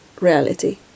reality